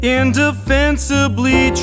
indefensibly